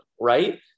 right